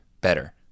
better